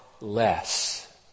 less